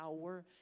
power